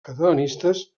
catalanistes